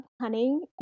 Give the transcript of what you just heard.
hunting